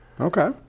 Okay